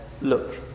Look